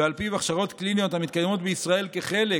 ועל פיו ההכשרות הקליניות המתקיימות בישראל כחלק